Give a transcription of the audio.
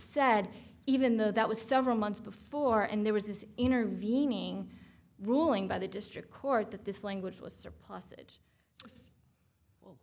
said even though that was several months before and there was this intervening ruling by the district court that this language was surpassed